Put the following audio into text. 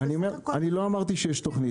אתם עושים הכול כדי ש --- לא אמרתי שיש תוכנית.